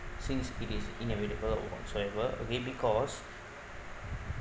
since it is inevitable whatsoever okay because